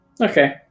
Okay